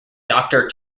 doctor